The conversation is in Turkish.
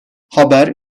haber